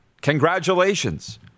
Congratulations